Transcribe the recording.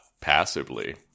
passively